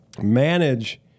manage